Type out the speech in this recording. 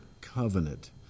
covenant